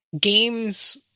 games